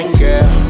girl